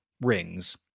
rings